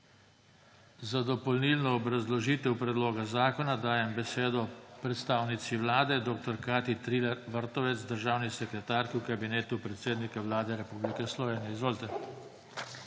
Za dopolnilno obrazložitev predloga zakona dajem besedo predstavnici vlade dr. Katji Triller Vrtovec, državni sekretarki v Kabinetu predsednika Vlade Republike Slovenije. Izvolite.